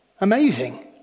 Amazing